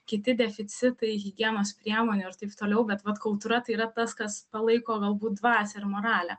kiti deficitai higienos priemonių ir taip toliau bet vat kultūra tai yra tas kas palaiko galbūt dvasią ir moralę